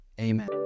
Amen